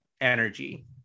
energy